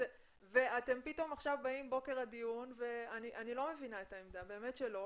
עכשיו אתם באים פתאום בוקר הדיון ואני לא מבינה את העמדה שלכם.